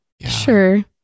Sure